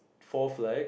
four flag